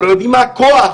לא יודעים מה הכוח